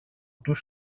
του